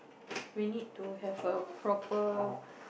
we need to have a proper